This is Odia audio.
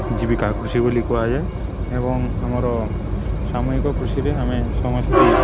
ଜୀବିକା କୃଷି ବୋଲି କୁହାଯାଏ ଏବଂ ଆମର ସାମୂହିକ କୃଷିରେ ଆମେ ସମସ୍ତେ